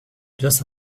just